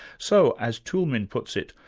so as toulmin puts it,